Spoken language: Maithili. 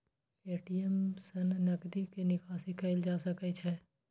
ए.टी.एम सं नकदी के निकासी कैल जा सकै छै